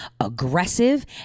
aggressive